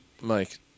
Mike